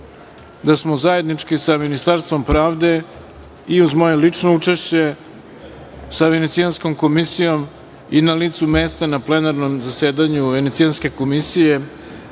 tužilaca. Zajednički smo sa Ministarstvom pravde i uz moje lično učešće sa Venecijanskom komisijom i na licu mesta na plenarnom zasedanju Venecijanske komisije